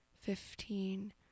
fifteen